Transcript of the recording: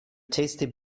tasty